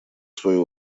свою